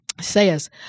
says